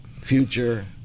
future